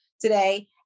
today